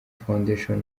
foundation